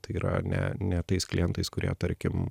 tai yra ne ne tais klientais kurie tarkim